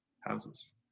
houses